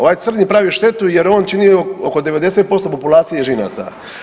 Ovaj crni pravi štetu jer on čini oko 90% populacije ježinaca.